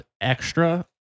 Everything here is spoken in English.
Extra